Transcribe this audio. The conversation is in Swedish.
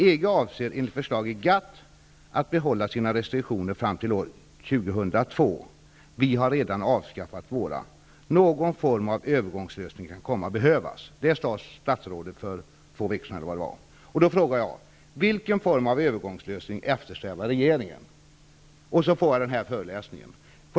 EG avser enligt förslag i GATT att behålla sina restriktioner fram till år 2002. Vi har redan avskaffat våra. Någon form av övergångslösning kan komma att behövas. Detta sade statsrådet för omkring två veckor sedan. Jag frågade vilken form av övergångslösning regeringen eftersträvar. Då fick jag alltså denna föreläsning.